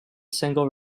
single